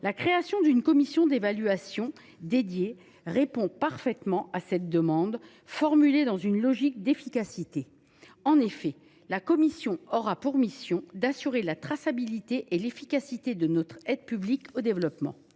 La création d’une commission d’évaluation spécifique répond parfaitement à cette demande, formulée par souci d’efficacité. En effet, la commission aura pour mission d’assurer la traçabilité et l’efficacité de notre aide publique au développement.